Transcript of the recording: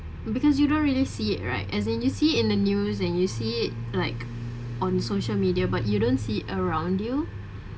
because you don't really see it right as in you see it in the news and you see it like on social media but you don't see it around you